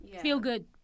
feel-good